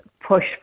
push